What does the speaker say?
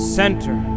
Center